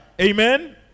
amen